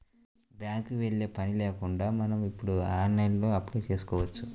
బ్యేంకుకి యెల్లే పని కూడా లేకుండా మనం ఇప్పుడు ఆన్లైన్లోనే అప్లై చేసుకోవచ్చు